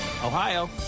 Ohio